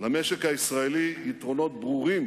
למשק הישראלי יתרונות ברורים